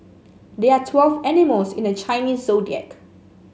there are twelve animals in the Chinese Zodiac